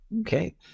Okay